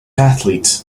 athletes